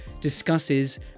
discusses